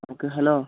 okay hello